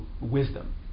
wisdom